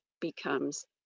becomes